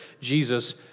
Jesus